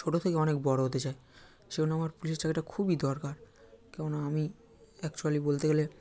ছোটো থেকে অনেক বড়ো হতে চাই সেই জন্য আমার পুলিশের চাকরিটা খুবই দরকার কেননা আমি অ্যাকচুয়ালি বলতে গেলে